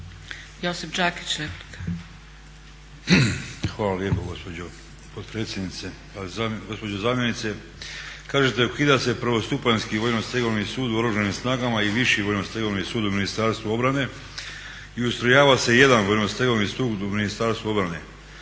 Josip (HDZ)** Hvala lijepo gospođo potpredsjednice. Gospođo zamjenice kažete ukida se prvostupanjski vojnostegovni sud u Oružanim snagama i viši vojnostegovni sud u Ministarstvu obrane i ustrojava se jedan vojnostegovni sud u Ministarstvu obrane